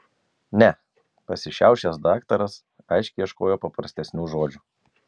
ne pasišiaušęs daktaras aiškiai ieškojo paprastesnių žodžių